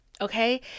okay